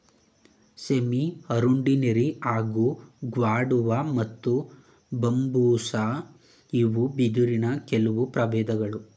ಸೆಮಿಅರುಂಡಿನೆರಿ ಹಾಗೂ ಗ್ವಾಡುವ ಮತ್ತು ಬಂಬೂಸಾ ಇವು ಬಿದಿರಿನ ಕೆಲ್ವು ಪ್ರಬೇಧ್ಗಳು